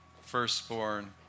firstborn